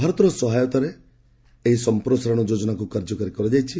ଭାରତର ସହାୟତାରେ ଏହି ସମ୍ପ୍ରସାରଣ ଯୋଜନାକୁ କାର୍ଯ୍ୟକାରୀ କରାଯାଇଛି